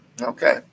okay